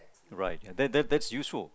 right and that that that's useful